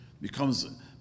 becomes